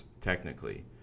technically